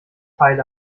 teile